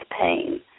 pain